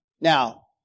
Now